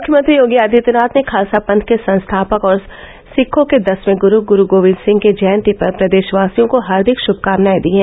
मुख्यमंत्री योगी आदित्यनाथ ने खालसा पंथ के संस्थापक और सिक्खों के दसवें गुरू गुरूगोविंद सिंह की जयंती पर प्रदेशवासियों को हार्दिक श्मकामनाये दी है